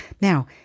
Now